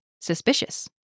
suspicious